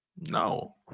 No